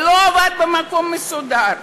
ולא עבד במקום מסודר,